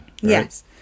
Yes